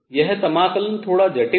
यह समाकलन थोड़ा जटिल है